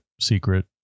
secret